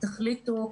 תחליטו,